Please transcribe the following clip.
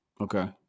Okay